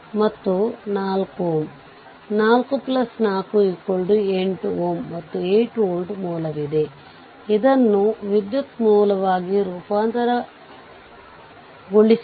ಆದ್ದರಿಂದ ಇದನ್ನು ನಿರ್ಲಕ್ಷಿಸಬಹುದು ಮತ್ತು VThevenin ಅನ್ನು ಯಾವಾಗ ಬೇಕಾದರೂ ತೆಗೆದುಕೊಳ್ಳಬಹುದು ಮತ್ತು ಇದು ಈ ಟರ್ಮಿನಲ್ ಸಾಮಾನ್ಯ ಟರ್ಮಿನಲ್ ಆಗಿದೆ